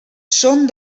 són